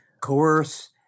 coerce